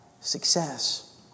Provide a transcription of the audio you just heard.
success